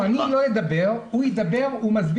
לא, אני לא אדבר, הוא ידבר, הוא יסביר.